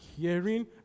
hearing